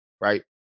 right